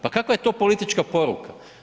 Pa kakva je to politička poruka?